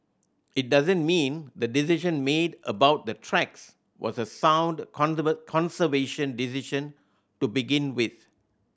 it doesn't mean the decision made about the tracks was a sound conservation decision to begin with